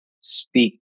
speak